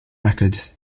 record